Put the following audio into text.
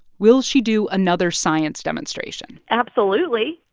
will she do another science demonstration? absolutely.